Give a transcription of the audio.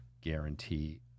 guarantee